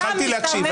יכולתי להקשיב,